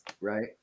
right